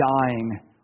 dying